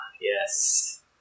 yes